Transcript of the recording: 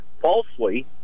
falsely